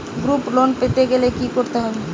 Group loan পেতে গেলে কি করতে হবে?